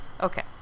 Okay